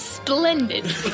Splendid